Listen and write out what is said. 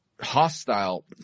hostile